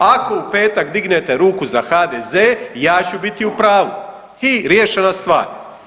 Ako u petak dignete ruku za HDZ, ja ću biti u pravu i riješena stvar.